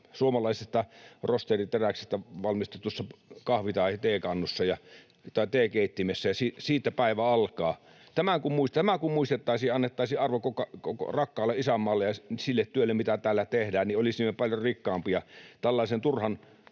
suomalaisesta rosteriteräksestä valmistetussa kahvin- tai teenkeittimessä, ja siitä päivä alkaa. Tämä kun muistettaisiin ja annettaisiin arvo koko rakkaalle isänmaalle ja sille työlle, mitä täällä tehdään, niin olisimme paljon rikkaampia — tällaisen turhan